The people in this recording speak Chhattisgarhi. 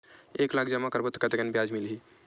एक लाख जमा करबो त कतेकन ब्याज मिलही?